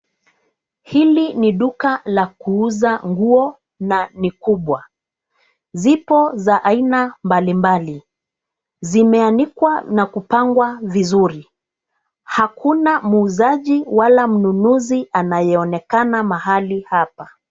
Hili ni duka la kuuza nguo na ni kubwa. Zipo za aina mbalimbali. Zimeanikwa na kupangwa vizuri. Hakuna muuzaji wala mnunuzi anayeonekana mahali hapa.